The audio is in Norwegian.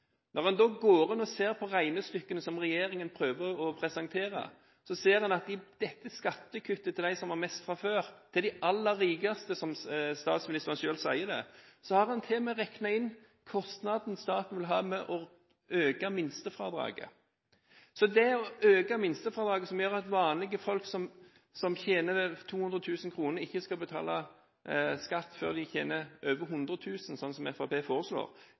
Når man går inn og ser på regnestykkene som regjeringen prøver å presentere, ser en at i skattekuttet til dem som har mest fra før, skattekuttet til de aller rikeste – som statsministeren selv sier – har en til og med regnet inn kostnaden staten vil ha med å øke minstefradraget. Det å øke minstefradraget, som gjør at vanlige folk som tjener 200 000 kr, ikke skal betale skatt før de tjener over 100 000 kr, som Fremskrittspartiet foreslår,